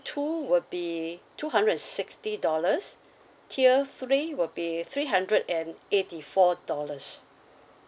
two will be two hundred and sixty dollars tier three will pay three hundred and eighty four dollars